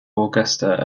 augusta